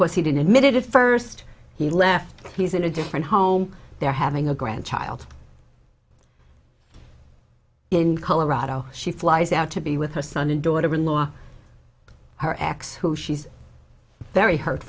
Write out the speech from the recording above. course he didn't admit it if first he left he's in a different home they're having a grandchild in colorado she flies out to be with her son and daughter in law her ex who she's very hurt